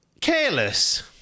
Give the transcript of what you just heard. Careless